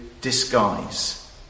disguise